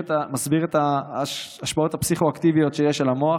מסביר את ההשפעות הפסיכו-אקטיביות שיש על המוח.